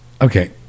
Okay